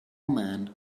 man